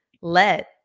let